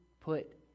put